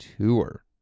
Tour